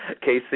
Casey